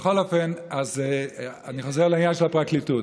בכל אופן, אני חוזר לעניין של הפרקליטות.